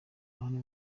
ruhande